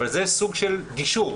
אבל זה סוג של גישור,